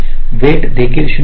weight देखील 0